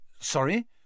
Sorry